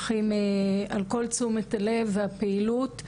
אז קודם כל חשוב להגיד שהחוק הוא חוק, בכל מרחב.